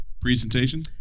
Presentation